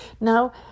Now